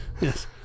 yes